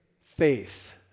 faith